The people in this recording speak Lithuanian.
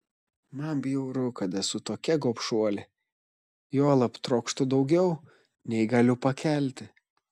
man bjauru kad esu tokia gobšuolė juolab trokštu daugiau nei galiu pakelti